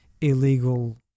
illegal